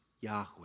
Yahweh